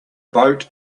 boat